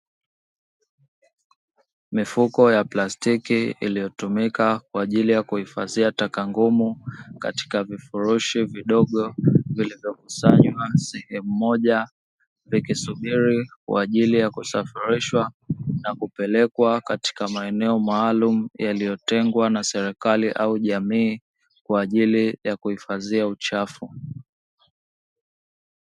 Mifuko ya plastiki iliyotumika kwa ajili ya kuhifadhia taka ngumu katika vifurushi vidogo vilivokusanywa sehemu moja, vikisubiri kwa ajili ya kusafirishwa na kupelekwa katika maeneo maalumu yaliyotengwa na serikali au jamii kwa ajili ya kuhifadhia uchafu.